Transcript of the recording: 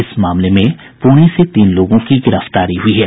इस मामले में पुणे से तीन लोगों की गिरफ्तारी हुई है